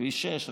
כביש 6,